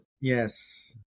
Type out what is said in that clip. Yes